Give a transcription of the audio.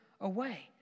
away